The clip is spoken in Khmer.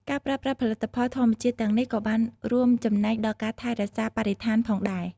ការប្រើប្រាស់ផលិតផលធម្មជាតិទាំងនេះក៏បានរួមចំណែកដល់ការថែរក្សាបរិស្ថានផងដែរ។